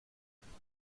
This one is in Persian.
ماشینا